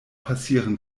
passieren